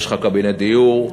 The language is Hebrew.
יש לך קבינט דיור.